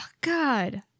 God